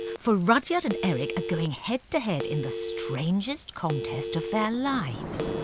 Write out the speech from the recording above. for rudyard and eric are going head to head in the strangest contest of their lives.